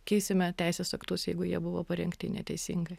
keisime teisės aktus jeigu jie buvo parengti neteisingi